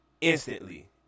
Instantly